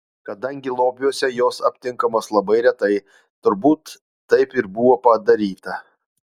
kadangi lobiuose jos aptinkamos labai retai turbūt taip ir buvo padaryta